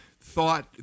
thought